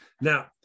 now